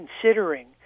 considering